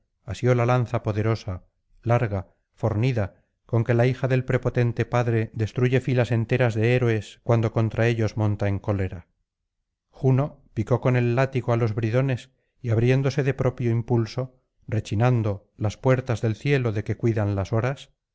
asió la lanza ponderosa larga fornida con que la hija del prepotente padre destruye filas enteras de héroes cuando contra ellos monta en cólera juno picó con el látigo á los bridones y abriéronse de propio impulso rechinando las puertas del cielo de que cuidan las horas